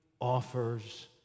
offers